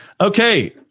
Okay